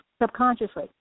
Subconsciously